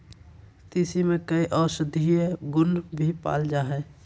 तीसी में कई औषधीय गुण भी पाल जाय हइ